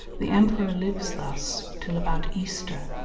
the emperor lives thus till about easter,